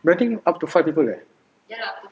but I think up to five people leh